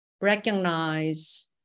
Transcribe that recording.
recognize